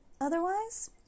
otherwise